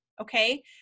okay